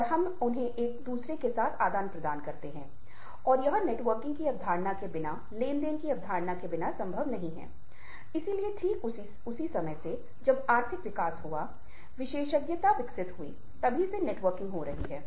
और अगर बुद्धि की वक्र 17 या 18 साल या 20 साल तक बढ़ जाती है तो यह एक समानांतर बनाए रखता है फिर यह एक विशेष स्तर को बनाए रखता है